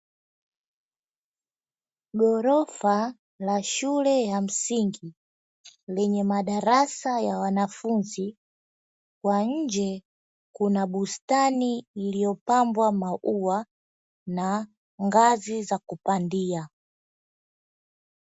Ghorofa la shule ya msingi lenye madarasa ya wanafunzi, kwa nje Kuna bustani iliyopandwa maua na ngazi za kupandia.